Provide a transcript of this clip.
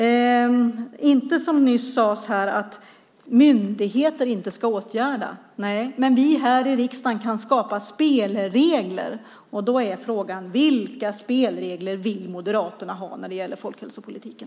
Det ska inte som nyss sades här bara vara så att myndigheter ska vidta åtgärder. Men vi här i riksdagen kan skapa spelregler. Och då är frågan: Vilka spelregler vill Moderaterna ha för folkhälsopolitiken?